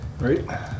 Right